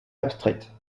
abstraite